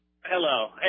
Hello